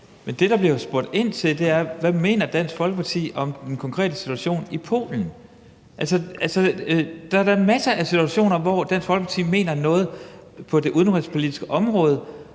men det, der bliver spurgt ind til, er, hvad Dansk Folkeparti mener om den konkrete situation i Polen. Der er da masser af situationer, hvor Dansk Folkeparti mener noget på det udenrigspolitiske område,